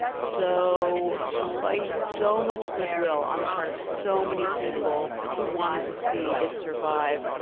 so despite so much goodwill on the part of so many people who wanted to see it survive,